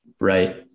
right